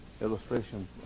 Illustration